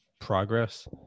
progress